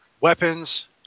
weapons